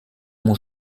mon